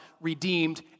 redeemed